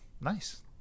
nice